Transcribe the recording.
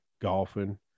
golfing